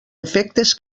efectes